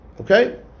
okay